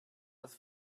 was